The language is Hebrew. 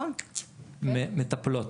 מטפלות